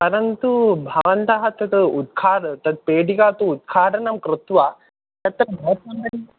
परन्तु भवन्तः तत् उद्घा तत् पेटिका तु उद्घाटनं कृत्वा तत्र बोट् कम्पनी